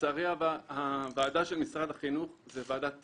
לצערי הרב, הוועדה של משרד החינוך זו ועדת טיוח,